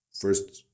First